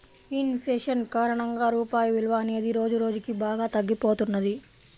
in fashion కారణంగా రూపాయి విలువ అనేది రోజురోజుకీ బాగా తగ్గిపోతున్నది